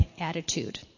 attitude